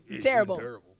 Terrible